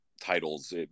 titles